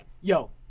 yo